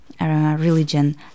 Religion